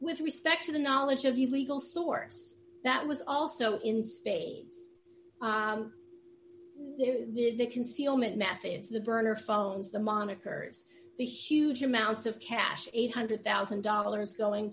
with respect to the knowledge of you legal source that was also in spades ready concealment methods the burner phones the monikers the huge amounts of cash eight hundred thousand dollars going